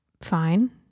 fine